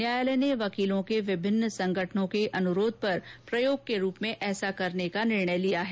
न्यायालय ने वकीलों के विभिन्न संगठनों के अनुरोगध पर प्रयोग के रूप में ऐसा करने का निर्णय लिया है